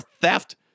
theft